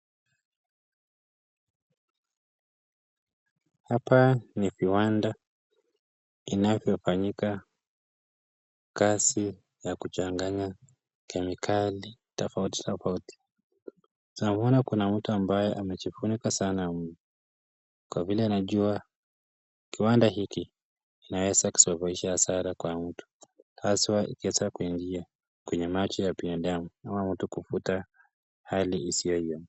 Hapa ni viwanda inavyofanyika kazi ya kuchanganya kemikali tofauti tofauti namwona Kuna mtu ambaye amejifunika sana kwa vile najua kiwanda hiki inaeza kusababisha hasara kwa mtu hasa kuingia kwenye maji ya binadamu ama mtu mtu kuvuta hali isiyo hiyo.